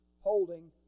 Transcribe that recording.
holding